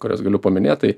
kurias galiu paminėt tai